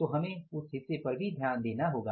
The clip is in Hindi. तो हमें उस हिस्से पर भी ध्यान देना होगा